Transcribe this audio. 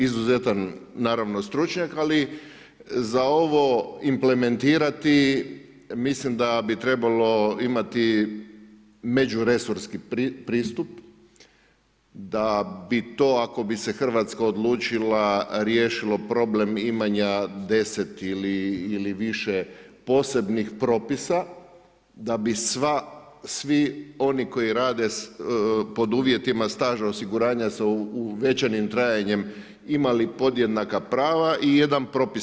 Izuzetan naravno stručnjak, ali za ovo implementirati mislim da bi trebalo imati međuresorski pristup, da bi to ako bi se Hrvatska odlučila riješilo problem imanja deset ili više posebnih propisa, da bi svi oni koji rade pod uvjetima staža osiguranja sa uvećanim trajanjem imali podjednaka prava i jedan propis.